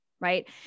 right